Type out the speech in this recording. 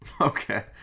Okay